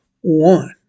one